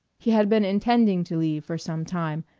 he had been intending to leave for some time,